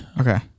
Okay